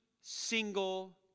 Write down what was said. single